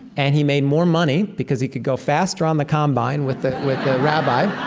and he made more money because he could go faster on the combine with the rabbi,